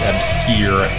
Obscure